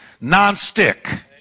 non-stick